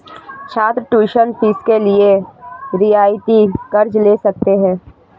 छात्र tuition fees के लिए रियायती कर्ज़ ले सकते हैं